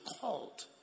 called